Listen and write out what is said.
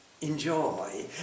enjoy